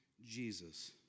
Jesus